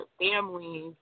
families